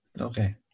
Okay